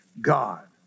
God